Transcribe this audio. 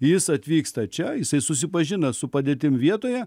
jis atvyksta čia jisai susipažina su padėtimi vietoje